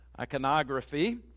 iconography